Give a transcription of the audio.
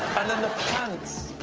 and then the plants.